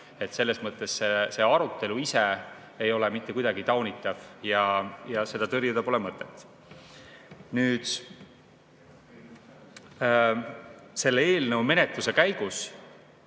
Selles mõttes see arutelu ise ei ole mitte kuidagi taunitav ja seda tõrjuda pole mõtet. Selle eelnõu menetluse käigus